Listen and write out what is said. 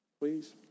Please